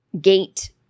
gate